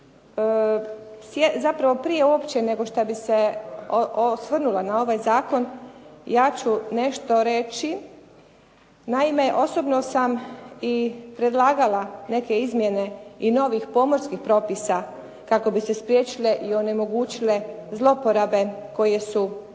zapravo prije nego bi se uopće osvrnula na ovaj zakon, ja ću nešto reći. Naime, osobno sam i predlagala neke izmjene i nekih pomorskih propisa kako bi se spriječile i onemogućile zlouporabe koje su